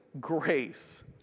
grace